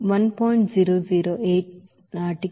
008 నాటికి తెలుసు